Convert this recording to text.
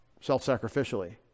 self-sacrificially